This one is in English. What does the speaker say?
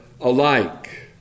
alike